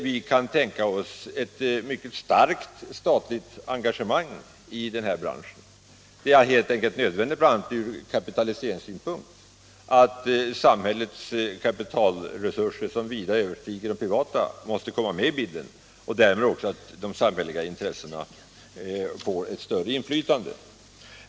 Vi kan tänka oss ett starkt statligt engagemang i den här branschen. Detta är helt enkelt nödvändigt bl.a. från kapitaliseringssynpunkt. Samhällets kapitalresurser, som vida överstiger de privata, måste komma med i bilden. Därmed får också de samhälleliga intressena ett större inflytande.